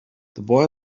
boy